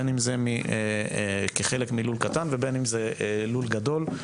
בין אם זה כחלק מלול קטן ובין אם זה לול גדול.